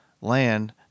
land